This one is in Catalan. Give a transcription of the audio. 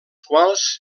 quals